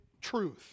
truth